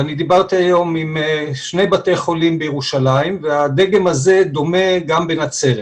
ואני דיברתי היום עם שני בתי חולים בירושלים והדגם הזה דומה גם בנצרת.